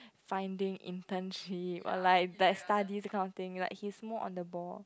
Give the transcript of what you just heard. finding internship like like study this kind of thing like he is more on the ball